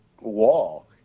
wall